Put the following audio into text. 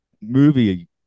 movie